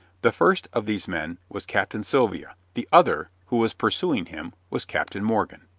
the first of these men was captain sylvia the other, who was pursuing him, was captain morgan.